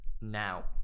now